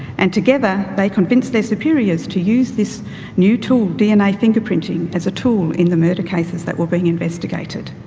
and together they convinced their superiors to use this new tool dna fingerprinting as a tool in the murder cases that were being investigated.